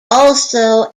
also